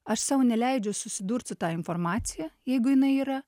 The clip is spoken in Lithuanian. aš sau neleidžiu susidurt su ta informacija jeigu jinai yra